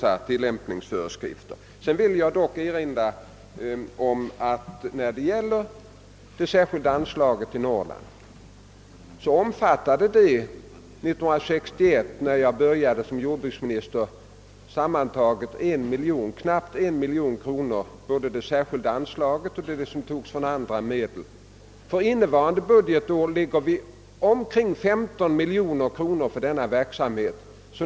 Jag vill också erinra om att det särskilda anslaget till Norrland tillsammans med de medel som togs från annat håll för detta ändamål 1961, när jag började som jordbruksminister, upp gick till knappt en miljon kronor. För innevarande budgetår finns omkring 15 miljoner kronor anslagna för denna verksamhet.